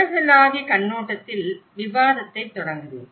உலகளாவிய கண்ணோட்டத்தில் விவாதத்தைத் தொடங்குவேன்